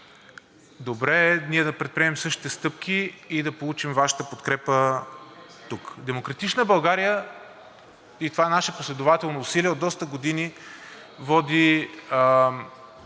Добре е ние да предприемем същите стъпки и да получим Вашата подкрепа тук. „Демократична България“, и това е наше последователно усилие от доста години, води